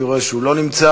אני רואה שהוא לא נמצא.